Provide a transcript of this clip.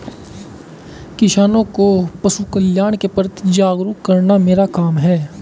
किसानों को पशुकल्याण के प्रति जागरूक करना मेरा काम है